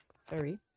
sorry